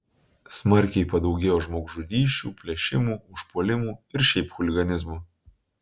smarkiai padaugėjo žmogžudysčių plėšimų užpuolimų ir šiaip chuliganizmo